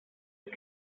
ich